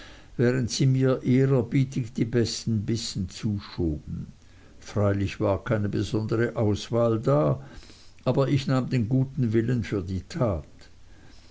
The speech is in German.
während sie mir ehrerbietig die besten bissen zuschoben freilich war keine besondere auswahl da aber ich nahm den guten willen für die tat